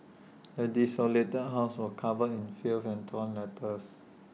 the desolated house was covered in filth and torn letters